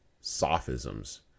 sophisms